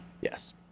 Yes